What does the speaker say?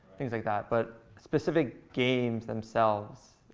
things like that. but specific games themselves,